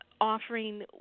offering